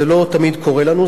זה לא תמיד קורה לנו,